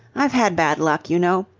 i've had bad luck, you know.